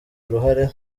uruhare